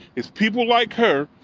it's people like her.